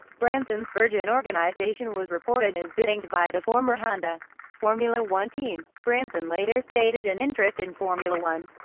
branson's virgin organisation was reported as bidding to buy the former honda formula one team. branson later stated an interest in formula one,